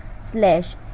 Slash